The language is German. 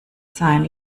sein